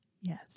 Yes